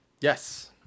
Yes